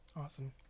awesome